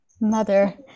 mother